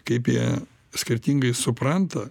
kaip jie skirtingai supranta